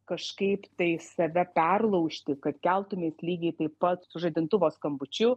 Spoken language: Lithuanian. kažkaip tai save perlaužti kad keltumeis lygiai taip pat su žadintuvo skambučiu